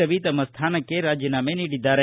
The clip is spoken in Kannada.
ರವಿ ತಮ್ಮ ಸ್ಥಾನಕ್ಕೆ ರಾಜೀನಾಮೆ ನೀಡಿದ್ದಾರೆ